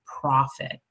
profit